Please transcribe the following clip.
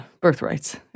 birthrights